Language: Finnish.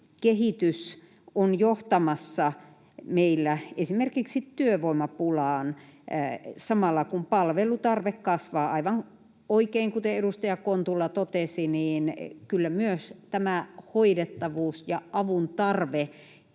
väestönkehitys on johtamassa meillä esimerkiksi työvoimapulaan samalla kun palvelutarve kasvaa. Aivan oikein, kuten edustaja Kontula totesi, kyllä myös hoidettavuus ja avuntarve